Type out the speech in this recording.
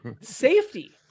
Safety